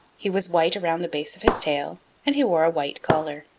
he was white around the base of his tail and he wore a white collar.